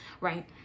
right